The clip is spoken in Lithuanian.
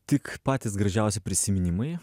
tik patys gražiausi prisiminimai